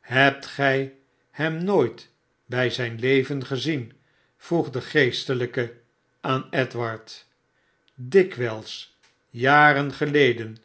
hebt gij hem nooit bij zijn leven gezien vroeg de geestelijke aan edward dikwijls jaren geleden